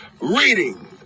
reading